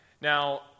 Now